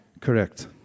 Correct